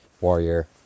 Warrior